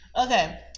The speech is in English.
Okay